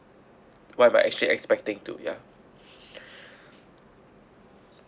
what am I actually expecting to ya